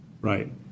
Right